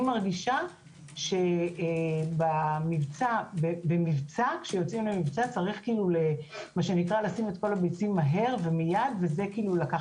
אני מרגישה שבמבצע צריך לשים את כל הביצים מהר ומייד וזה לקח